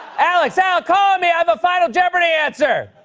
alex, ah call on me! i have a final jeopardy! answer.